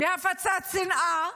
בהפצת שנאה,